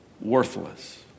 Worthless